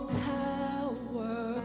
tower